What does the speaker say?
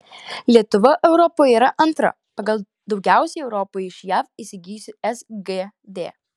lietuva europoje yra antra pagal daugiausiai europoje iš jav įsigijusi sgd